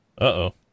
Uh-oh